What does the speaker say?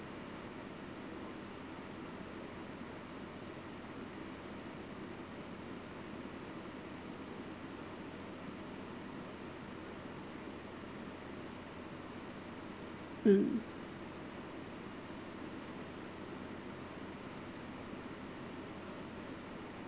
hmm